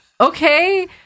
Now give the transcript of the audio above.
okay